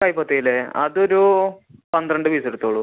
കൈപത്തി അല്ലെ അതൊരൂ പന്ത്രണ്ട് പീസ് എടുത്തോളു